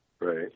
Right